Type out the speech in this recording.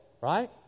right